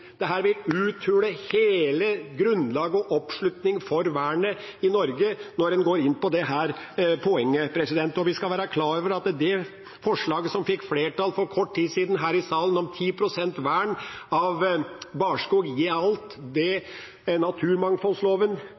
Det vil uthule hele grunnlaget for og oppslutningen om vernet i Norge om en går inn på det poenget. Vi skal være klar over at det forslaget som for kort tid siden fikk flertall her i salen, om 10 pst. vern av barskog, gjaldt naturmangfoldloven, mens det